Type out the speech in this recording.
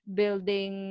building